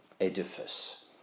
edifice